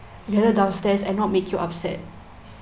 gather downstairs and not make you upset